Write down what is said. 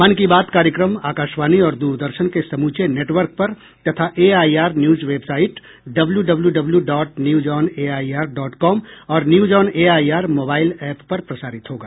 मन की बात कार्यक्रम आकाशवाणी और दूरदर्शन के समूचे नेटवर्क पर तथा AIR news website W W W dot news on AIR dot com और news on AIR mobile app पर प्रसारित होगा